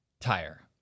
tire